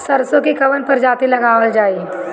सरसो की कवन प्रजाति लगावल जाई?